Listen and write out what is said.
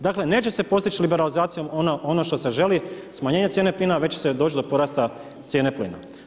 Dakle, neće se posteći liberalizacijom ono što se želi, smanjenje cijene plina, već će doći do porasta cijene plina.